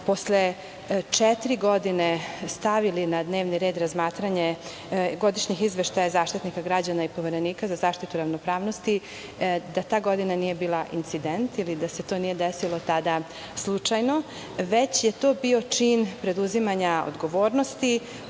posle četiri godine stavili na dnevni red razmatranje godišnjih izveštaja Zaštitnika građana i Poverenika za zaštitu ravnopravnosti, da ta godina nije bila incident ili da se to nije desilo tada slučajno, već je to bio čin preduzimanja odgovornosti